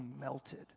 melted